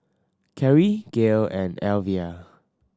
Carri Gayle and Elvia